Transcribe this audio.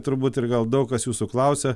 turbūt ir gal daug kas jūsų klausia